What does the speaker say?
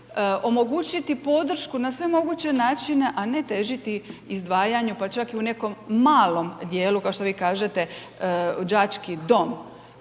omogućiti podršku na sve moguće načine, a ne težiti izdvajanju pa čak i u nekom malom dijelu, kao što vi kažete, đački dom.